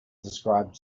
described